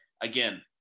again